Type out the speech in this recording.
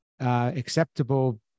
acceptable